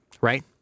right